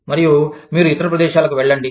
మరియు మీరు ఇతర ప్రదేశాలకు వెళ్ళండి